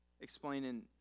explaining